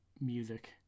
music